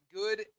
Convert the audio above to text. good